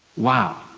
wow,